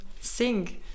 sing